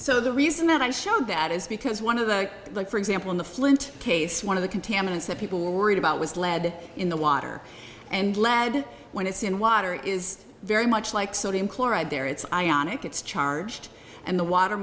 so the reason that i showed that is because one of the like for example in the flint case one of the contaminants that people were worried about was lead in the water and lead when it's in water is very much like sodium chloride there it's ionic it's charged and the water